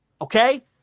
Okay